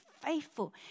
faithful